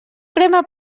crema